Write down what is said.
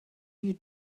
you